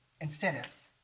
incentives